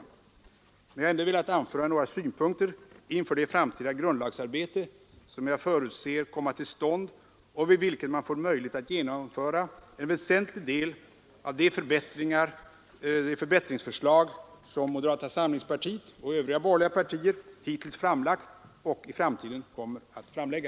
Men jag här ändå velat anföra några synpunkter inför det framtida grundlagsarbete som jag förutser komma till stånd och vid vilket man får möjlighet att genomföra en väsentlig del av de förbättringsförslag som moderata samlingspartiet och övriga borgerliga partier hittills framlagt och i framtiden kommer att ställa.